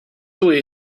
away